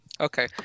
Okay